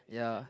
ya